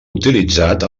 utilitzat